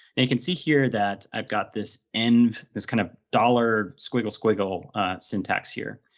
and you can see here that i've got this and this kind of dollar squiggle, squiggle syntax here.